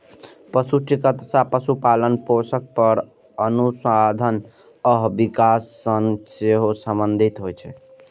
पशु चिकित्सा पशुपालन, पोषण पर अनुसंधान आ विकास सं सेहो संबंधित होइ छै